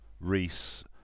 Reese